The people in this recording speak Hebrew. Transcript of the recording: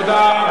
תודה.